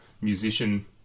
musician